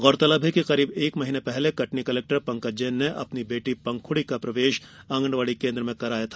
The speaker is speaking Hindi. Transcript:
गौरतलब है कि करीब एक महीने पहले कटनी कलेक्टर पंकज जैन ने बेटी पंखुड़ी का प्रवेश आंगनवाड़ी केंद्र में कराया गया था